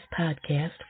podcast